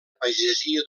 pagesia